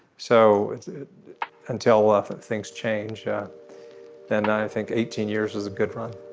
so until we're off and things change then i think eighteen years is a good run.